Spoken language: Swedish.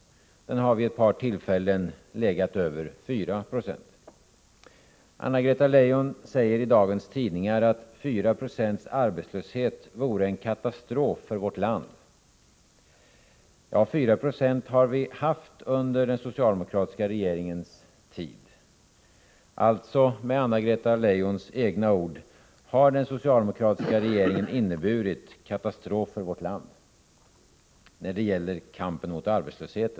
Den har vid ett par tillfällen legat över 4 96. Anna-Greta Leijon säger i dagens tidningar att 4 96 arbetslöshet vore en katastrof för vårt land. Ja, 4 90 arbetslöshet har vi haft under den socialdemokratiska regeringens tid. Med Anna-Greta Leijons egna ord har alltså den socialdemokratiska regeringen inneburit en katastrof för vårt land när det gäller kampen mot arbetslösheten.